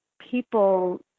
people